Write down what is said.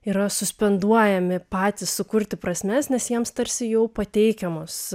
yra suspenduojami patys sukurti prasmes nes jiems tarsi jau pateikiamos